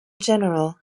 general